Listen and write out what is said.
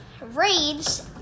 raids